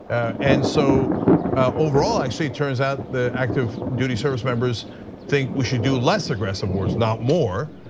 and so overall actually it turns out the active-duty service members think we should do less aggressive wars not more.